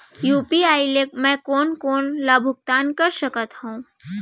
UPI ले मैं कोन कोन ला भुगतान कर सकत हओं?